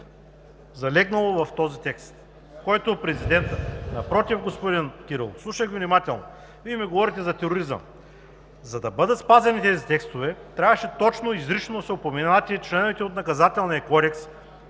залегнало в този текст, който е от президента. Напротив, господин Кирилов, слушах Ви внимателно. Вие ми говорите за тероризъм. За да бъдат спазени тези текстове, трябваше точно и изрично да се упоменат и членовете от Наказателния кодекс,